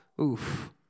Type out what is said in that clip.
oof